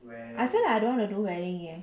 I feel like I don't wanna do wedding eh